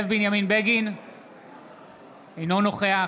אינו נוכח